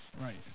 Right